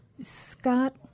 Scott